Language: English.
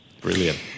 Brilliant